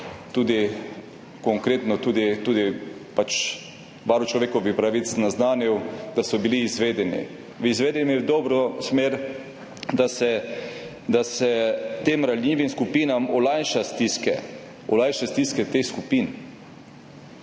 konkretno, tudi varuh človekovih pravic, naznanili, da so bili izvedeni, izvedeni v dobro smer, da se tem ranljivim skupinam olajšajo stiske, olajšajo stiske teh skupin.